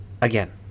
Again